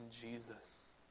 Jesus